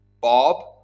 Bob